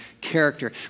character